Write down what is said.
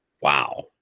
wow